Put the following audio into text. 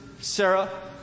Sarah